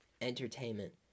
entertainment